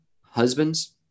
husbands